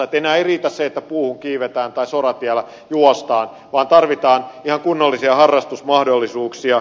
enää ei riitä se että puuhun kiivetään tai soratiellä juostaan vaan tarvitaan ihan kunnollisia harrastusmahdollisuuksia